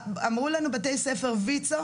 אמרו לנו בתי הספר ויצ"ו,